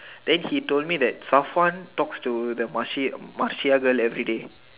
then he told me that Safwan talks to the Marci~ Marcia girl everyday